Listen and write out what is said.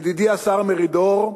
ידידי השר מרידור,